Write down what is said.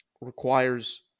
requires